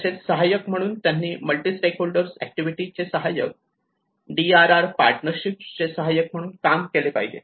तसेच सहाय्यक म्हणून त्यांनी मल्टी स्टेकहोल्डर ऍक्टिव्हिटी चे सहाय्यक आणि DRR पार्टनरशिप चे सहाय्यक म्हणून काम केले पाहिजे